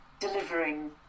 delivering